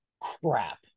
crap